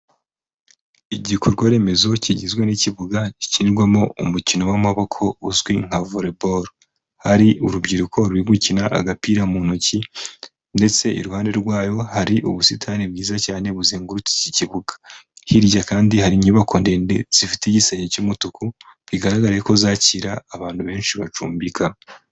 Igikorwa remezo kigizwe n'ikibuga gikinirwamo umukino w'amaboko uzwi nka voreboro, hari urubyiruko ruri gukina agapira mu ntoki ndetse iruhande rwayo hari ubusitani bwiza cyane buzengurutse iki kibuga, hirya kandi hari inyubako ndende zifite igisenge cy'umutuku bigaragaye ko zakira abantu benshi bacumbika.